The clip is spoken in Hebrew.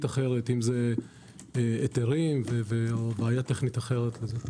אחרת אם זה היתרים ובעיה טכנית אחרת.